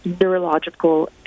neurological